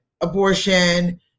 abortion